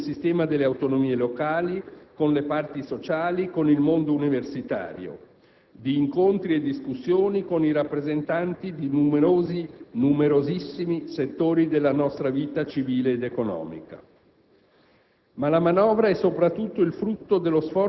Accoglie il risultato di accordi e intese con il sistema delle autonomie locali, con le parti sociali, con il mondo universitario; di incontri e discussioni con i rappresentanti di numerosissimi settori della nostra vita civile ed economica.